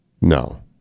No